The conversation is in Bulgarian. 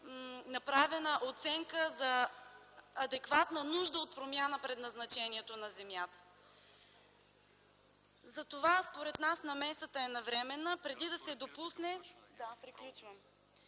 направена оценка за адекватна нужда от промяна предназначението на земята. Затова, според нас, намесата е навременна, преди да се допусне неконтролируемо